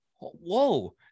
whoa